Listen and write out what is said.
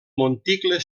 monticle